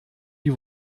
die